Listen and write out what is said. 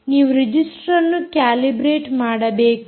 ನೀವು ರಿಜಿಸ್ಟರ್ ಅನ್ನು ಕ್ಯಾಲಿಬ್ರೆಟ್ ಮಾಡಬೇಕು